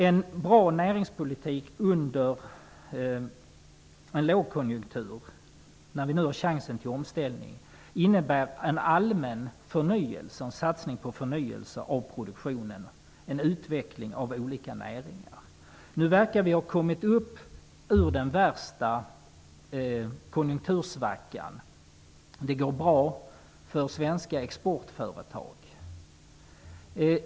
En bra näringspolitik under en lågkonjunktur, när det finns chans att göra en omställning, innebär en allmän satsning på förnyelse av produktionen och på utveckling av olika näringar. Nu verkar vi ha kommit ur den värsta konjunktursvackan. Det går bra för svenska exportföretag.